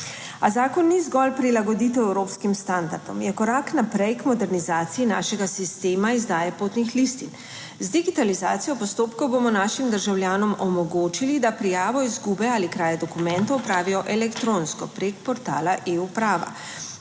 A zakon ni zgolj prilagoditev evropskim standardom, je korak naprej k modernizaciji našega sistema izdaje potnih listin. Z digitalizacijo postopkov bomo našim državljanom omogočili, da prijavo izgube ali kraje dokumentov opravijo elektronsko prek portala e-Uprava,